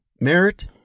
merit